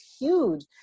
huge